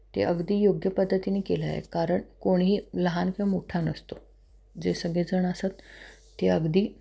ते अगदी योग्य पद्धतीनी केलं आहे कारण कोणीही लहान किंवा मोठा नसतो जे सगळेजण असत ते अगदी